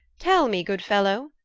tell me, good-fellow,